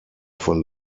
von